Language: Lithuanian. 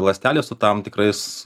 ląstelės su tam tikrais